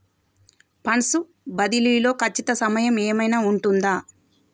Funds బదిలీ లో ఖచ్చిత సమయం ఏమైనా ఉంటుందా?